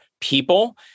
people